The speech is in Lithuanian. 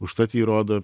užtat jį rodo